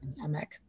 pandemic